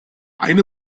eine